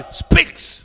speaks